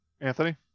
anthony